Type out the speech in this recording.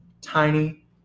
tiny